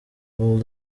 bull